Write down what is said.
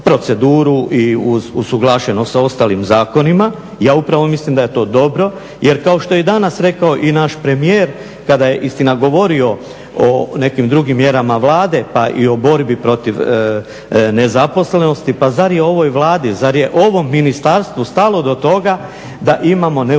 i usuglašeno sa ostalim zakonima. Ja upravo mislim da je to dobro, jer kao što je i danas rekao i naš premijer kada je istina govorio o nekim drugim mjerama Vlade, pa i o borbi protiv nezaposlenosti. Pa zar je ovoj Vladi, zar je ovom ministarstvu stalo do toga da imamo neuređenu